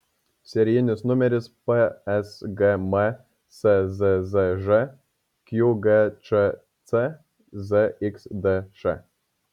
serijinis numeris psgm szzž qgčc zxdš